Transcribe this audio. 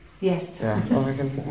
Yes